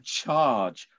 charge